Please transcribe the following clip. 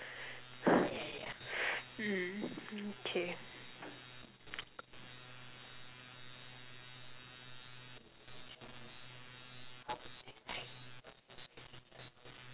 mm okay